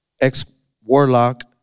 ex-warlock